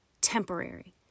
temporary